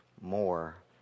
more